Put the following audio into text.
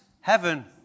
Heaven